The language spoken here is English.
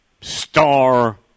star